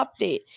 update